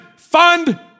Fund